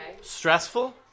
Stressful